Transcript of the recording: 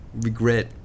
regret